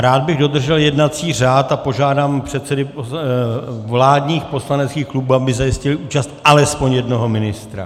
Rád bych dodržel jednací řád a požádám předsedy vládních poslaneckých klubů, aby zajistili účast alespoň jednoho ministra.